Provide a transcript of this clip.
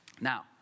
Now